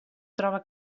troba